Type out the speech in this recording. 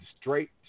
straight